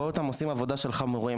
אבל אני רואה אותם עושים עבודה של חמורים.